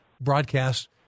broadcast